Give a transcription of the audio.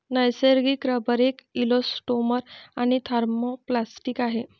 नैसर्गिक रबर एक इलॅस्टोमर आणि थर्मोप्लास्टिक आहे